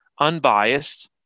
unbiased